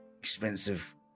Expensive